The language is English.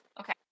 Okay